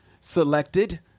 selected